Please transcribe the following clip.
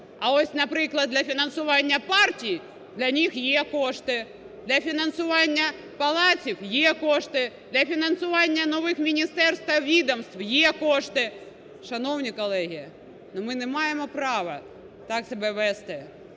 А ось, наприклад, для фінансування партій, для них є кошти. Для фінансування палаців є кошти, для фінансування нових міністерств та відомств є кошти. Шановні колеги! Ми не маємо права так себе вести.